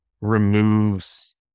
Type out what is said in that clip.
removes